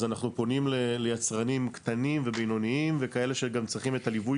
אז אנחנו פונים ליצרנים קטנים ובינוניים וכאלה שגם צריכים את הליווי